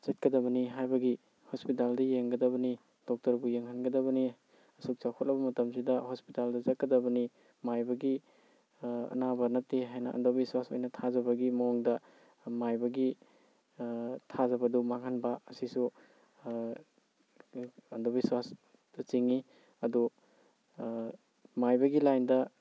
ꯆꯠꯀꯗꯕꯅꯤ ꯍꯥꯏꯕꯒꯤ ꯍꯣꯁꯄꯤꯇꯥꯜꯗ ꯌꯦꯡꯒꯗꯕꯅꯤ ꯗꯣꯛꯇꯔꯕꯨ ꯌꯦꯡꯍꯟꯒꯗꯕꯅꯤ ꯑꯁꯨꯛ ꯆꯥꯎꯈꯠꯂꯕ ꯃꯇꯝꯁꯤꯗ ꯍꯣꯁꯄꯤꯇꯥꯜꯗ ꯆꯠꯀꯗꯕꯅꯤ ꯃꯥꯏꯕꯒꯤ ꯑꯅꯥꯕ ꯅꯠꯇꯦ ꯍꯥꯏꯅ ꯑꯟꯗꯕꯤꯁ꯭ꯋꯥꯁ ꯑꯣꯏꯅ ꯊꯥꯖꯕꯒꯤ ꯃꯍꯨꯠꯇ ꯃꯥꯏꯕꯒꯤ ꯊꯥꯖꯕꯗꯨ ꯃꯥꯡꯍꯟꯕ ꯑꯁꯤꯁꯨ ꯑꯟꯗꯕꯤꯁ꯭ꯋꯥꯁꯇ ꯆꯤꯡꯏ ꯑꯗꯨ ꯃꯥꯏꯕꯒꯤ ꯂꯥꯏꯟꯗ